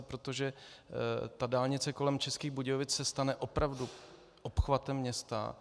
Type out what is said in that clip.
Protože dálnice kolem Českých Budějovic se stane opravdu obchvatem města.